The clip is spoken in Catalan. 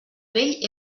vell